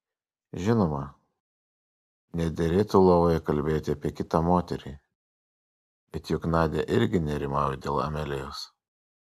žinoma nederėtų lovoje kalbėti apie kitą moterį bet juk nadia irgi nerimauja dėl amelijos